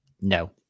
No